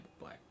black